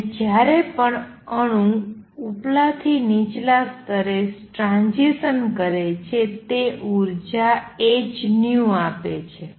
અને જ્યારે પણ અણુ ઉપલાથી નીચલા સ્તરે ટ્રાંઝીસન કરે છે તે ઉર્જા hν આપે છે